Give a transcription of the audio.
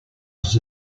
was